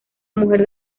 mujer